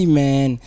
man